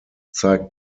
zeigt